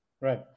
Right